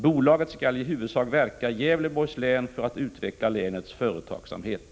Bolaget skall i huvudsak verka i Gävleborgs län för att utveckla länets företagsamhet.